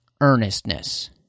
earnestness